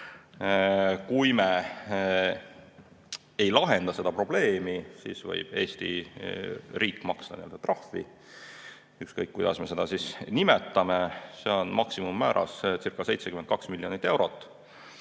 Kui me ei lahenda seda probleemi, siis võib Eesti riik maksta trahvi. Ükskõik, kuidas me seda nimetame, see on maksimummäärascirca72 miljonit eurot.